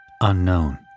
Unknown